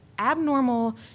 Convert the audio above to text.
abnormal